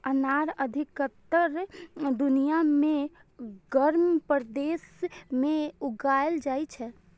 अनार अधिकतर दुनिया के गर्म प्रदेश मे उगाएल जाइ छै